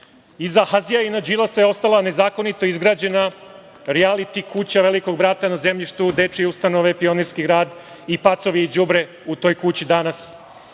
Iza Hazija i na Đilasa je ostala nezakonito izgrađena rijaliti kuća „Velikog brata“ na zemljištu dečije ustanove „Pionirski grad“ i pacovi i đubre u toj kući danas. Iza